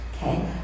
Okay